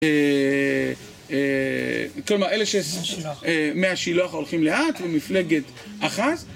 כלומר, אלה מי השילוח ההולכים לאט ומפלגת אחז